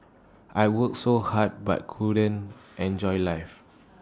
I worked so hard but couldn't enjoy life